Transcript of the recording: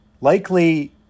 likely